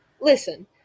listen